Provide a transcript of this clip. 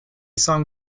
song